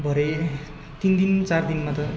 भरे तिन दिन चार दिनमा त